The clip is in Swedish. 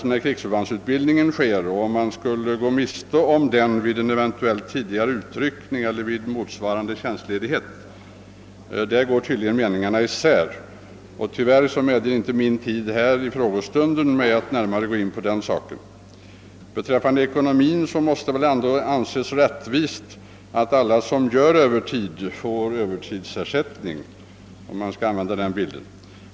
när krigsförbandsutbildningen sker och om man skulle gå miste om den vid en eventuellt tidigare utryckning eller vid motsvarande tjänstledighet går tydligen meningarna isär. Tyvärr medger nu inte tiden här i frågestunden att jag går närmare in på den saken. Vad ekonomin angår måste det väl ändå anses rättvist att alla som fullgör övertidstjänstgöring får Öövertidsersättning — om jag här använder den bilden.